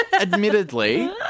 admittedly